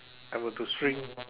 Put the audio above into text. I were to shrink